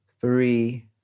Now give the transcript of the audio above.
three